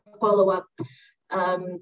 follow-up